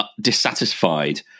dissatisfied